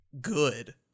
good